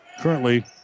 currently